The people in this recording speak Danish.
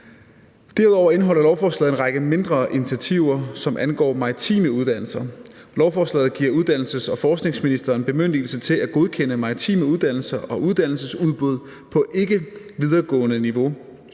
Derudover indeholder lovforslaget en række mindre initiativer, som angår maritime uddannelser. Lovforslaget giver uddannelses- og forskningsministeren bemyndigelse til at godkende maritime uddannelser og uddannelsesudbud på ikkevideregående niveau.